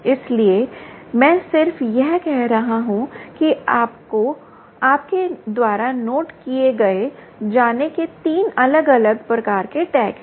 इसलिए मैं सिर्फ यह कह रहा हूं कि आपके द्वारा नोट किए जाने के 3 अलग अलग प्रकार के टैग हैं